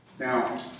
Now